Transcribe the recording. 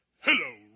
hello